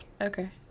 Okay